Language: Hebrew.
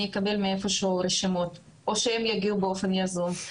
אקבל רשימות או שהם יגיעו באופן יזום.